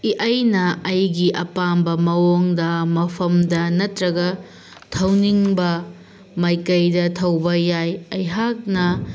ꯑꯩꯅ ꯑꯩꯒꯤ ꯑꯄꯥꯝꯕ ꯃꯑꯣꯡꯗ ꯃꯐꯝꯗ ꯅꯠꯇ꯭ꯔꯒ ꯊꯧꯅꯤꯡꯕ ꯃꯥꯏꯀꯩꯗ ꯊꯧꯕ ꯌꯥꯏ ꯑꯩꯍꯥꯛꯅ